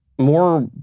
more